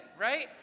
right